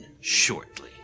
shortly